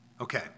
Okay